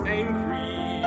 angry